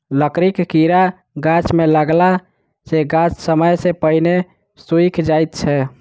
लकड़ीक कीड़ा गाछ मे लगला सॅ गाछ समय सॅ पहिने सुइख जाइत छै